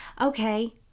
Okay